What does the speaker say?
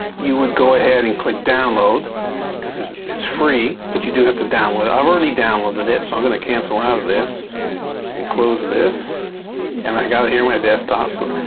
you would go ahead and click download because it's it's free, but you do have to download. i've already downloaded it so i'm going to cancel out of this and close this and i got it here my desktop. so